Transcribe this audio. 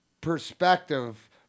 perspective